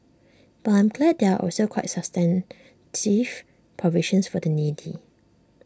but I am glad there are also quite substantive provisions for the needy